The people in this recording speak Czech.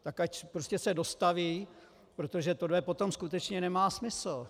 Tak ať prostě se dostaví, protože tohle potom skutečně nemá smysl.